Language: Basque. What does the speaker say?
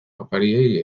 opariei